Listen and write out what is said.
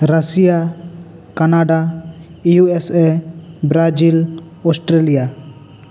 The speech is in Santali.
Russia Canada U S A Brazil Australia